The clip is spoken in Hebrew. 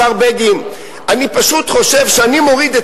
השר בגין: אני פשוט חושב שאני מוריד את